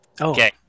Okay